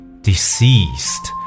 Deceased